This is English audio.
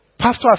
Pastor